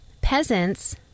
peasants